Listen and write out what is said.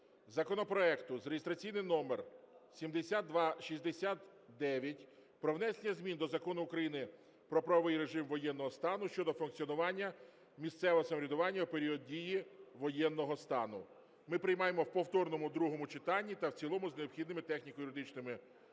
законопроект (реєстраційний номер 7269) про внесення змін до Закону України "Про правовий режим воєнного стану" щодо функціонування місцевого самоврядування у період дії воєнного стану. Ми приймаємо в повторному другому читанні та в цілому з необхідними техніко-юридичними поправками,